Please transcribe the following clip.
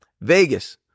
Vegas